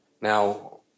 Now